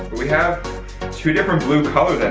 we have two different blue colors and